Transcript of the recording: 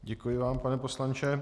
Děkuji vám, pane poslanče.